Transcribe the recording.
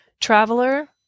Traveler